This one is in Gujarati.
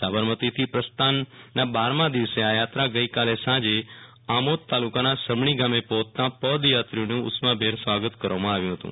સાબરમતીથી પ્રસ્થાનના બારમાં દિવસે આ યાત્રા ગઈકાલે સાંજે અમોદ તાલુકાના સમણી ગામે પહોંચતા પદયાત્રીઓનું ઉષ્માભેર સ્વાગત કરવામાં આવ્યું હતું